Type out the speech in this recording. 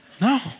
No